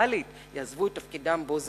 המנכ"לית יעזבו את תפקידם בו-זמנית.